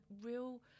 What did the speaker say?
real